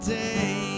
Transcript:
day